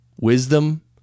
wisdom